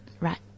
right